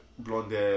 blonde